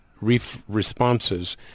responses